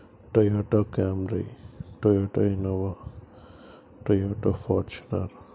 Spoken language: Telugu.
Toyota Camry Toyota Innova Toyota Fortuner